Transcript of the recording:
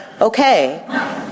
okay